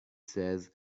says